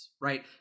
right